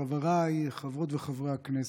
חבריי חברות וחברי הכנסת,